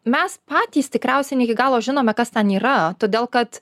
mes patys tikriausia ne iki galo žinome kas ten yra todėl kad